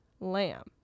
lamb